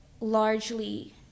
largely